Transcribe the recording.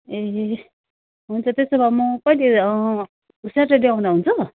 ए हुन्छ त्यसो भए म कहिले स्याटरडे आउँदा हुन्छ